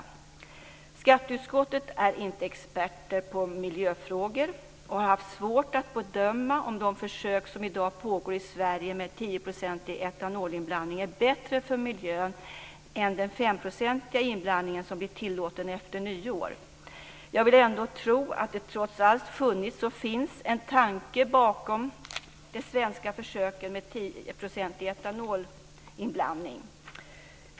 Vi i skatteutskottet är inte experter på miljöfrågor och har haft svårt att bedöma om de försök som i dag pågår i Sverige med tioprocentig etanolinblandning är bättre för miljön än den femprocentiga inblandningen som blir tillåten efter nyår. Jag vill ändå tro att det trots allt funnits och finns en tanke bakom de svenska försöken med tioprocentig etanolinblandning.